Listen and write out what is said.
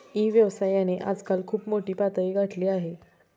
E व्यवसायाने आजकाल खूप मोठी पातळी गाठली आहे